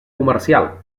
comercial